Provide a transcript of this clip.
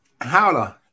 Howler